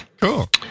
cool